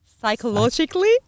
psychologically